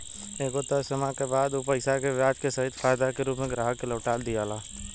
एगो तय समय के बाद उ पईसा के ब्याज के सहित फायदा के रूप में ग्राहक के लौटा दियाला